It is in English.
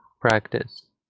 practice